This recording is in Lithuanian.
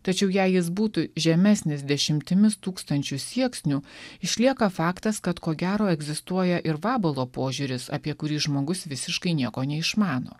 tačiau jei jis būtų žemesnis dešimtimis tūkstančių sieksnių išlieka faktas kad ko gero egzistuoja ir vabalo požiūris apie kurį žmogus visiškai nieko neišmano